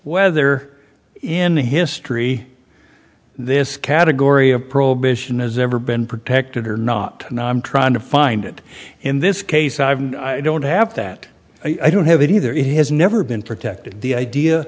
whether in history this category of prohibition has ever been protected or not and i'm trying to find it in this case i don't have that i don't have it either it has never been protected the idea